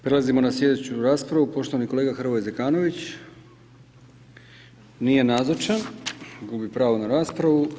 Prelazimo na slijedeću raspravu, poštovani kolega Hrvoje Zekanović, nije nazočan, gubi pravo na raspravu.